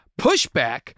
pushback